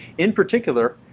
in particular,